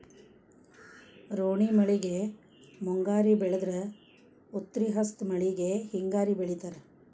ರೋಣಿ ಮಳೆಗೆ ಮುಂಗಾರಿ ಬೆಳದ್ರ ಉತ್ರಿ ಹಸ್ತ್ ಮಳಿಗೆ ಹಿಂಗಾರಿ ಬೆಳಿತಾರ